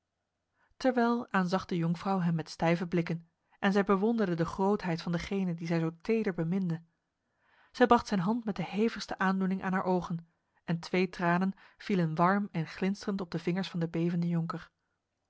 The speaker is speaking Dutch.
terwijl aanzag de jonkvrouw hem met stijve blikken en zij bewonderde de grootheid van degene die zij zo teder beminde zij bracht zijn hand met de hevigste aandoening aan haar ogen en twee tranen vielen warm en glinsterend op de vingers van de bevende jonker